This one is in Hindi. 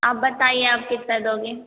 आप बताइए आप कितना दोगे